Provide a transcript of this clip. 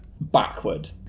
backward